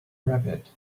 rabbit